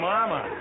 Mama